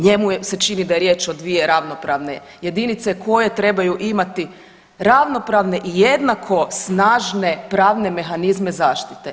Njemu se čini da je riječ o dvije ravnopravne jedinice koje trebaju imati ravnopravne i jednako snažne pravne mehanizme zaštite.